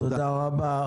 תודה רבה.